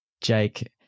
Jake